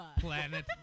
Planet